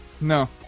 No